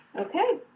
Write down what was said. okay.